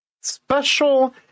special